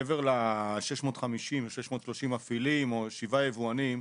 מעבר ל-630 מפעילים או שבעה יבואנים,